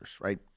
right